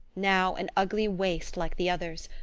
now an ugly waste like the others,